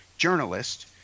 journalist